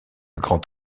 grand